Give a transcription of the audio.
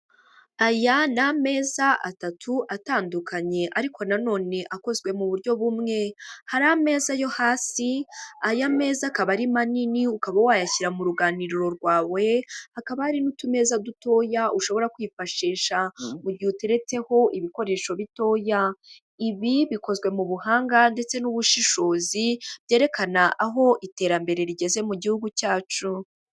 Aya ni ameza atatu atandukanye, ariko nanone akozwe mu buryo bumwe, hari ameza yo hasi, aya meza akaba ari manini ukaba wayashyira mu ruganiriro rwawe, hakaba hari n'utumeza dutoya ushobora kwifashisha, mu gihe uteretseho ibikoresho bitoya, ibi bikozwe mu buhanga ndetse n'ubushishozi byerekana, aho iterambere rigeze mu gihugu cyacu.